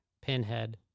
Pinhead